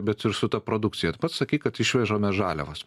bet ir su ta produkcija pats sakei kad išvežame žaliavas